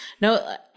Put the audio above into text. no